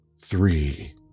Three